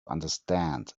understand